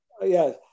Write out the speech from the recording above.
yes